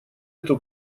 эту